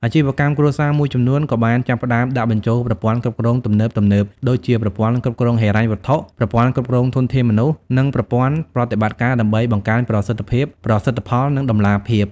អាជីវកម្មគ្រួសារមួយចំនួនក៏បានចាប់ផ្តើមដាក់បញ្ចូលប្រព័ន្ធគ្រប់គ្រងទំនើបៗ ដូចជាប្រព័ន្ធគ្រប់គ្រងហិរញ្ញវត្ថុ ប្រព័ន្ធគ្រប់គ្រងធនធានមនុស្ស និងប្រព័ន្ធប្រតិបត្តិការ ដើម្បីបង្កើនប្រសិទ្ធភាព ប្រសិទ្ធផល និងតម្លាភាព។